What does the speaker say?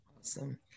Awesome